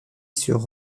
sur